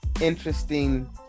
interesting